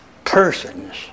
persons